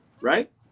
right